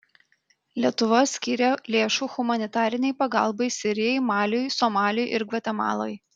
lietuva skyrė lėšų humanitarinei pagalbai sirijai maliui somaliui ir gvatemalai